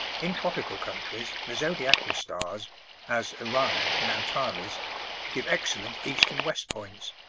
in tropical countries, the zodiacal stars as orion and antares give excellent east and west points.